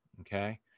Okay